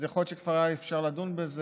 אז יכול להיות שכבר היה אפשר לדון בזה